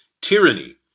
Tyranny